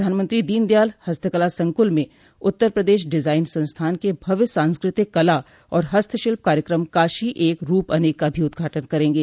प्रधानमंत्री दीनदयाल हस्तकला संकुल में उत्तर प्रदेश डिजायन संस्थान के भव्य सांस्कृतिक कला और हस्तशिल्प कार्यक्रम काशी एक रूप अनेक का भी उदघाटन करेंगे